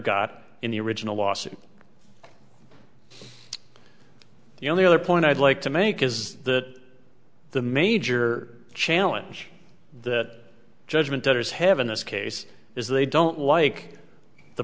the original lawsuit the only other point i'd like to make is that the major challenge that judgment debtors have in this case is they don't like the